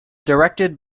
directed